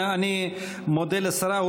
אני מודה לשרה.